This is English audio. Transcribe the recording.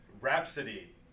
rhapsody